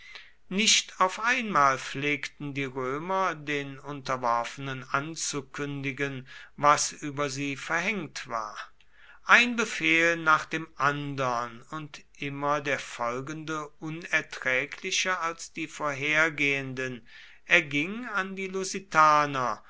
nicht auf einmal pflegten die römer den unterworfenen anzukündigen was über sie verhängt war ein befehl nach dem andern und immer der folgende unerträglicher als die vorhergehenden erging an die lusitaner